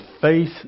faith